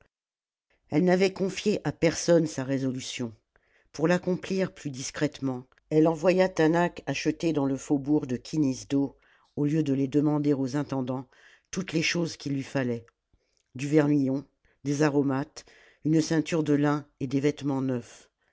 elle n'avait confié à personne sa résolution pour l'accomplir plus discrètement elle envoya taanach acheter dans le faubourg de kinisdo au lieu de les demander aux intendants toutes les choses qu'il lui fallait du vermillon des aromates une ceinture de lin et des vêtements neufs